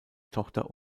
tochter